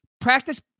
Practice